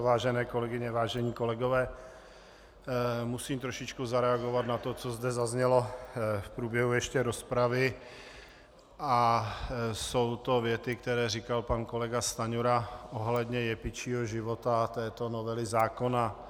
Vážené kolegyně, vážení kolegové, musím trošičku zareagovat na to, co zde zaznělo ještě v průběhu rozpravy, a jsou to věty, které říkal pan kolega Stanjura ohledně jepičího života této novely zákona.